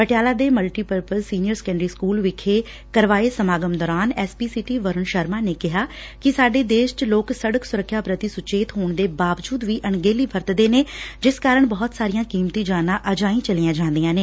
ਪਟਿਆਲਾ ਦੇ multipurpose senior secondary school ਵਿਖੇ ਕਰਵਾਏ ਸਮਾਗਮ ਦੌਰਾਨ ਐਸਪੀ ਸਿਟੀ ਵਰੁਣ ਸ਼ਰਮਾ ਨੇ ਕਿਹਾ ਕਿ ਸਾਡੇ ਦੇਸ਼ ਚ ਲੋਕ ਸੜਕ ਸੁਰੱਖਿਆ ਪ੍ਰਤੀ ਸੁਚੇਤ ਹੋਣ ਦੇ ਬਾਵਜੂਦ ਵੀ ਅਣਗਹਿਲੀ ਵਰਤਦੇ ਨੇ ਜਿਸ ਕਾਰਨ ਬਹੁਤ ਸਾਰੀਆਂ ਕੀਮਤੀ ਜਾਨਾਂ ਅਜਾਈ ਚਲੀਆਂ ਜਾਂਦੀਆਂ ਨੇ